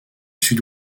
sud